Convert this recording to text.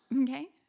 Okay